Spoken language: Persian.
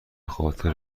خاطر